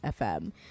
FM